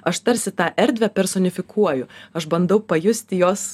aš tarsi tą erdvę personifikuoju aš bandau pajusti jos